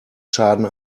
schaden